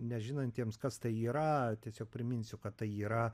nežinantiems kas tai yra tiesiog priminsiu kad tai yra